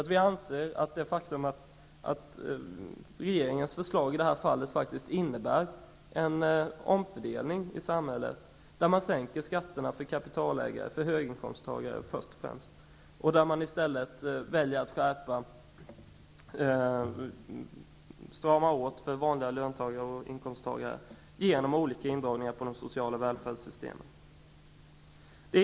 Det är ett faktum att regeringens förslag i detta fall innebär en omfördelning i samhället, där man sänker skatterna för kapitalägare och framför allt höginkomsttagare och i stället väljer att strama åt för vanliga löntagare genom olika indragningar inom de sociala välfärdssystemen.